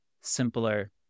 simpler